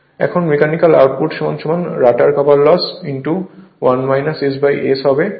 এখন mechanical output rotor copper loss S হবে